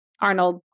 Arnold